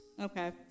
Okay